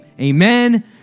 amen